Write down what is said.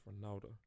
Ronaldo